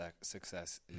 success